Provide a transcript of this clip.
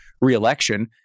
re-election